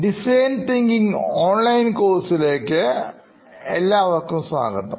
design thinking online കോഴ്സിലേക്ക് എല്ലാവർക്കും സ്വാഗതം